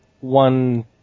one